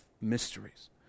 mysteries